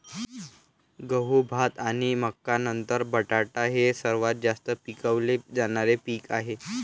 गहू, भात आणि मका नंतर बटाटा हे सर्वात जास्त पिकवले जाणारे पीक आहे